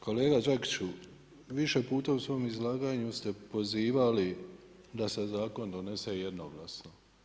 Kolega Đakiću više puta u svom izlaganju ste pozivali da se zakon donese jednoglasno.